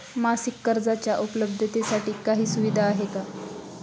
मासिक कर्जाच्या उपलब्धतेसाठी काही सुविधा आहे का?